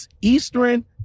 Eastern